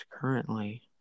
currently